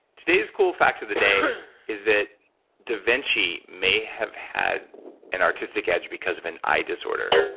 today's cool fact of the day is that da vinci may have had an artistic edge because of an eye disorder.